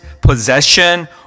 possession